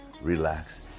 relax